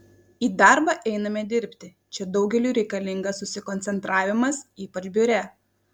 į darbą einame dirbti čia daugeliui reikalingas susikoncentravimas ypač biure